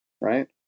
Right